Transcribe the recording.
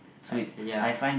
I see ya